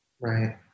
right